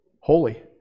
holy